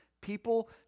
People